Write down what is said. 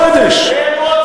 הם רוצחים, הם רוצחים.